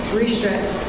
restrict